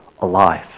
alive